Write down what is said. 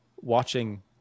watching